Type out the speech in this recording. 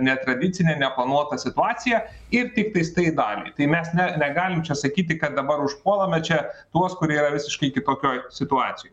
netradicine neplanuota situacija ir tiktais tai daliai tai mes ne negalim sakyti kad dabar užpuolame čia tuos kurie yra visiškai kitokioj situacijoj